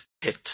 hit